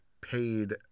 paid –